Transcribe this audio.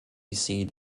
seat